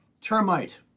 termite